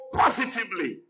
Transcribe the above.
positively